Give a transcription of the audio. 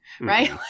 right